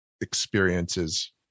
experiences